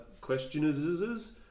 questioners